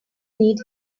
need